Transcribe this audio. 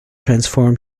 transform